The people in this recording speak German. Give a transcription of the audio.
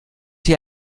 hier